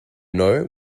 know